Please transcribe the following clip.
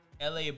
LA